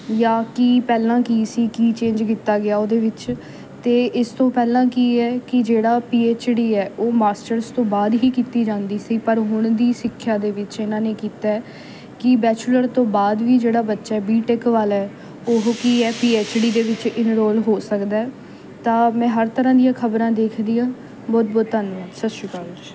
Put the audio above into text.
ਜਾਂ ਕਿ ਪਹਿਲਾਂ ਕੀ ਸੀ ਕੀ ਚੇਂਜ ਕੀਤਾ ਗਿਆ ਉਹਦੇ ਵਿੱਚ ਅਤੇ ਇਸ ਤੋਂ ਪਹਿਲਾਂ ਕੀ ਹੈ ਕਿ ਜਿਹੜਾ ਪੀ ਐੱਚ ਡੀ ਹੈ ਉਹ ਮਾਸਟਰਸ ਤੋਂ ਬਾਅਦ ਹੀ ਕੀਤੀ ਜਾਂਦੀ ਸੀ ਪਰ ਹੁਣ ਦੀ ਸਿੱਖਿਆ ਦੇ ਵਿੱਚ ਇਹਨਾਂ ਨੇ ਕੀਤਾ ਹੈ ਕਿ ਬੈਚਲੁਰ ਤੋਂ ਬਾਅਦ ਵੀ ਜਿਹੜਾ ਬੱਚਾ ਹੈ ਬੀਟੈੱਕ ਵਾਲਾ ਹੈ ਉਹ ਕੀ ਹੈ ਪੀ ਐੱਚ ਡੀ ਦੇ ਵਿੱਚ ਇਨਰੋਲ ਹੋ ਸਕਦਾ ਹੈ ਤਾਂ ਮੈਂ ਹਰ ਤਰ੍ਹਾਂ ਦੀਆਂ ਖ਼ਬਰਾਂ ਦੇਖਦੀ ਹਾਂ ਬਹੁਤ ਬਹੁਤ ਧੰਨਵਾਦ ਸਤਿ ਸ਼੍ਰੀ ਅਕਾਲ ਜੀ